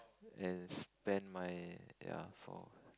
and spend my ya for